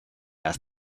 asked